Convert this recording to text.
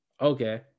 Okay